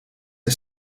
een